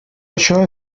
això